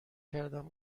کردم